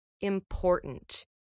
important